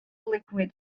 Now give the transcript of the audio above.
liquid